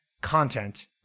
content